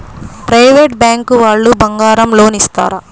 Private bank వాళ్ళు బంగారం loan ఇస్తారా?